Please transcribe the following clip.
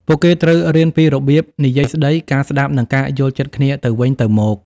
ពួកគេត្រូវរៀនពីរបៀបនិយាយស្តី ការស្តាប់ និងការយល់ចិត្តគ្នាទៅវិញទៅមក។